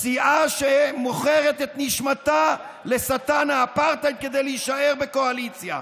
סיעה שמוכרת את נשמתה לשטן האפרטהייד כדי להישאר בקואליציה.